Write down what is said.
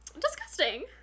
Disgusting